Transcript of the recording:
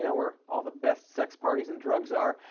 know, where all the best sex parties and drugs are,